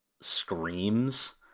screams